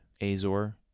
Azor